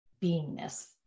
beingness